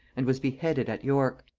and was beheaded at york.